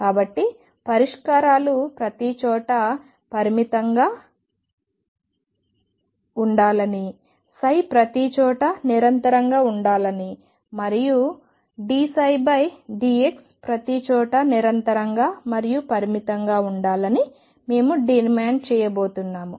కాబట్టి పరిష్కారాలు ప్రతిచోటా పరిమితంగా ఉండాలని ψ ప్రతిచోటా నిరంతరంగా ఉండాలని మరియు dψdx ప్రతిచోటా నిరంతరంగా మరియు పరిమితంగా ఉండాలని మేము డిమాండ్ చేయబోతున్నాము